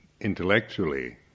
intellectually